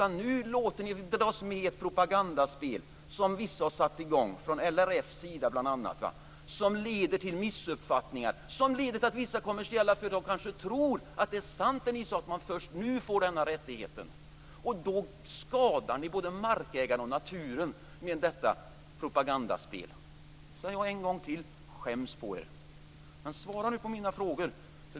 Nu låter ni er dras med i det propagandaspel som vissa har satt i gång - bl.a. LRF. Det leder till missuppfattningar och till att vissa kommersiella företag kanske tror att det är först nu som den rättigheten ges. Ni skadar både markägare och naturen med detta propagandaspel. Jag säger en gång till: Skäms på er! Svara nu på mina frågor.